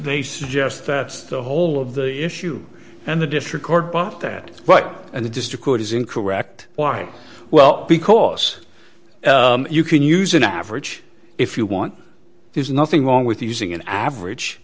they suggest that's the whole of the issue and the district court bought that but in the district court is incorrect why well because you can use an average if you want there's nothing wrong with using an average